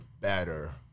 better